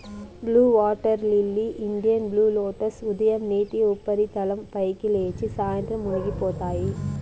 blue water lily, Indian blue lotus ఉదయం నీటి ఉపరితలం పైకి లేచి, సాయంత్రం మునిగిపోతాయి